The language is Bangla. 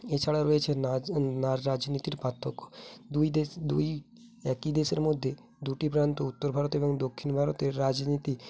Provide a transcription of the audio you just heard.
এছাড়া রয়েছে রাজনীতির পার্থক্য দুই দেশ দুই একই দেশের মধ্যে দুটি প্রান্ত উত্তর ভারত এবং দক্ষিণ ভারতের রাজনীতি